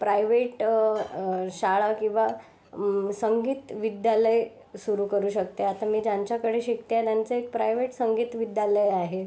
private शाळा किंवा संगीत विद्यालय सुरू करू शकते आता मी ज्यांच्याकडे शिकते आहे त्यांचं एक प्रायवेट संगीत विद्यालय आहे